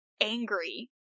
angry